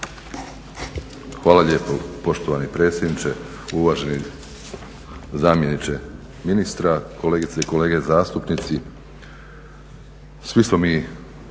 Hvala lijepo poštovani predsjedniče. Uvaženi zamjeniče ministra, kolegice i kolege zastupnici. Svi smo mi